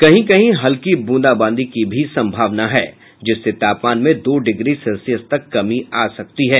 कहीं कहीं हल्की ब्रंदा बांदी की संभावना है जिससे तापमान में दो डिग्री सेल्सियस तक कमी आ सकती है